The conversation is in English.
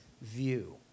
view